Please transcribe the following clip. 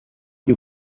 you